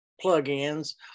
plug-ins